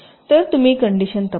तर तुम्ही कंडीशन तपासा